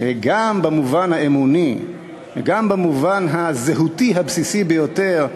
גם במובן האמוני וגם במובן הזהותי הבסיסי ביותר.